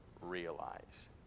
realize